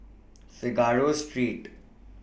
Figaro Street